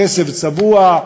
כסף צבוע,